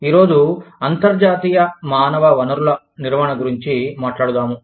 ఈ రోజు అంతర్జాతీయ మానవ వనరుల నిర్వహణ గురించి మాట్లాడుదాము